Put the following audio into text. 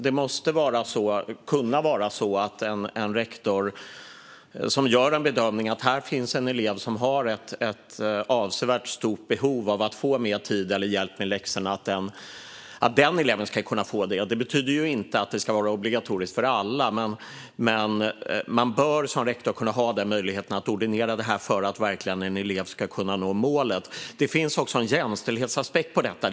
Det måste kunna vara så att om en rektor gör bedömningen att en elev har ett avsevärt stort behov av att få mer tid och hjälp med läxorna ska eleven kunna få det. Det betyder inte att det ska vara obligatoriskt, men man bör som rektor ha möjligheten att ordinera det för att en elev verkligen ska kunna nå målet. Det finns också en jämställdhetsaspekt på detta.